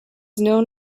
known